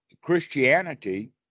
Christianity